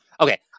okay